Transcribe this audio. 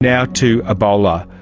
now to ebola.